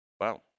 Wow